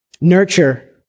Nurture